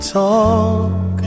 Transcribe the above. talk